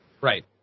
right